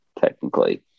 technically